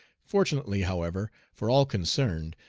fortunately, however, for all concerned,